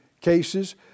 cases